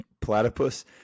Platypus